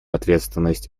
ответственность